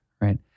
right